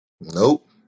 Nope